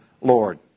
Lord